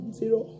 zero